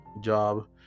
job